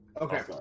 okay